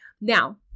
Now